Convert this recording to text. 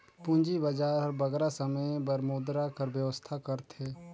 पूंजी बजार हर बगरा समे बर मुद्रा कर बेवस्था करथे